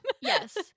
Yes